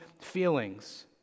feelings